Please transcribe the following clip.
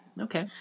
Okay